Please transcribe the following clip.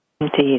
Indeed